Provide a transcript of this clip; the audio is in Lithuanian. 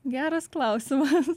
geras klausimas